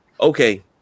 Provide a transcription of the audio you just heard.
okay